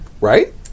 right